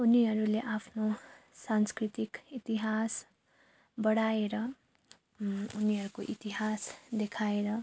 उनीहरूले आफ्नो सांस्कृतिक इतिहास बढाएर उनीहरूको इतिहास देखाएर